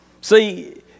See